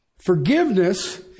forgiveness